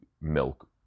milk